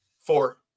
Four